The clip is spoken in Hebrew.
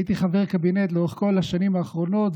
הייתי חבר קבינט לאורך כל השנים האחרונות,